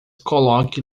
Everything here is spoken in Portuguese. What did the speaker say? coloque